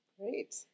Great